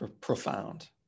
profound